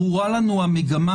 ברורה לנו המגמה.